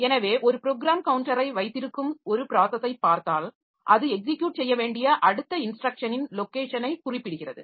எனவே ஒரு ப்ரோக்ராம் கவுண்டரை வைத்திருக்கும் ஒரு ப்ராஸஸைப் பார்த்தால் அது எக்ஸிக்யுட் செய்ய வேண்டிய அடுத்த இன்ஸ்ட்ரக்ஷனின் லொக்கேஷனை குறிப்பிடுகிறது